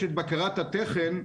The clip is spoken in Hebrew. יש את בקרת התכן,